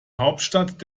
hauptstadt